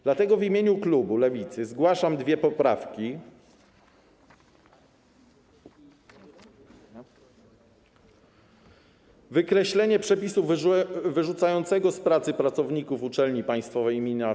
Dlatego w imieniu klubu Lewicy zgłaszam dwie poprawki, tj. wykreślenie przepisu wyrzucającego z pracy pracowników Uczelni Państwowej im.